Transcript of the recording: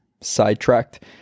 sidetracked